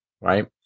right